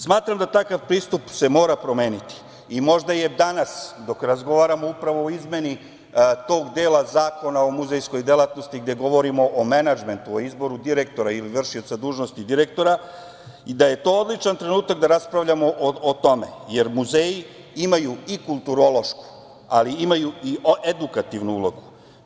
Smatram da takav pristup se mora promeniti i možda je danas, dok razgovaramo upravo o izmeni tog dela Zakona o muzejskoj delatnosti, gde govorimo o menadžmentu, o izboru direktora ili vršioca dužnosti direktora, odličan trenutak da raspravljamo o tome, jer muzeji imaju i kulturološku, ali imaju i edukativnu ulogu.